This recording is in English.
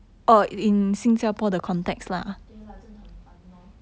对 lah 真的很烦 lor